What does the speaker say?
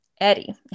Eddie